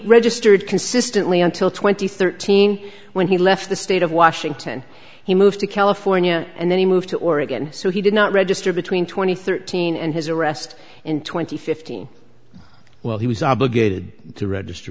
registered consistently until twenty thirteen when he left the state of washington he moved to california and then he moved to oregon so he did not register between two thousand and thirteen and his arrest in twenty fifteen well he was obligated to register